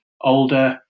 older